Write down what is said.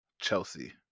Chelsea